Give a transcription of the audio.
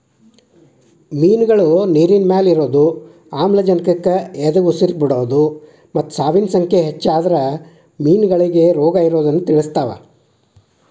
ಮಿನ್ಗಳು ನೇರಿನಮ್ಯಾಲೆ ಇರೋದು, ಆಮ್ಲಜನಕಕ್ಕ ಎದಉಸಿರ್ ಬಿಡೋದು ಮತ್ತ ಸಾವಿನ ಸಂಖ್ಯೆ ಹೆಚ್ಚಾದ್ರ ಮೇನಗಳಿಗೆ ರೋಗಇರೋದನ್ನ ತಿಳಸ್ತಾವ